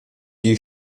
die